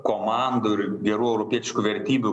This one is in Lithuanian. komandų ir gerų europietiškų vertybių